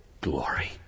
glory